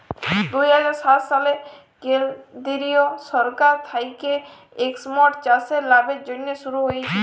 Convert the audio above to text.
দু হাজার সাত সালে কেলদিরিয় সরকার থ্যাইকে ইস্কিমট চাষের লাভের জ্যনহে শুরু হইয়েছিল